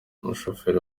umushoferi